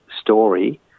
story